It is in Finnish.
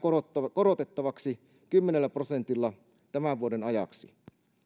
korotettavaksi kymmenellä prosentilla tämän vuoden ajaksi